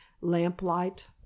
lamplight